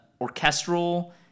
orchestral